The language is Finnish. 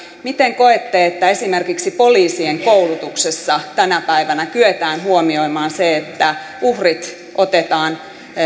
miten koette että esimerkiksi poliisien koulutuksessa tänä päivänä kyetään huomioimaan se että uhrit otetaan